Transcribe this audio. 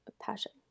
passion